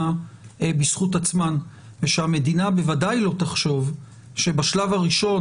בזכות עצמן ושהמדינה בוודאי לא תחשוב שבשלב הראשון,